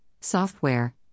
software